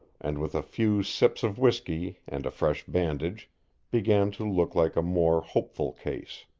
and with a few sips of whisky and a fresh bandage began to look like a more hopeful case.